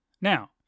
Now